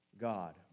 God